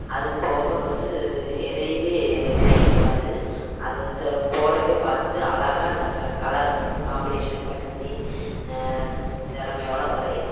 அதுவும் போக வந்து எதையுமே நினைக்கக்கூடாது அந்த போர்டவே பார்த்து அழகாக அந்த க கலரு காமினேஷன் படுத்தி திறமையோட வரையணும்